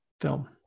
film